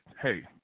hey